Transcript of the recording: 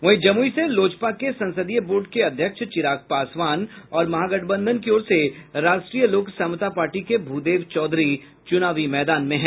वहीं जमुई से लोजपा के संसदीय बोर्ड के अध्यक्ष चिराग पासवान और महागठबंधन की ओर से राष्ट्रीय लोक समता पार्टी के भूदेव चौधरी चुनावी मैदान में हैं